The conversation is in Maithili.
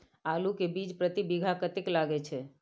आलू के बीज प्रति बीघा कतेक लागय छै?